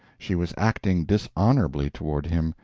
she was acting dishonorably toward him,